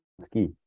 ski